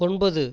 ஒன்பது